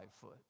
foot